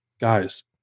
guys